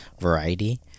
variety